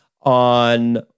on